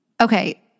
Okay